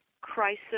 crisis